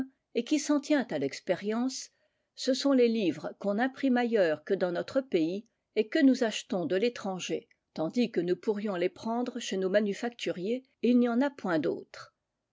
et qui s'en tient à l'expérience ce sont les livres qu'on imprime ailleurs que dans notre pays et que nous achetons de l'étranger tandis que nous pourrions les prendre chez nos manufacturiers et il n'y en a point d'autres